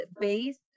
based